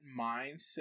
mindset